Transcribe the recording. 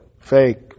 fake